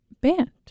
band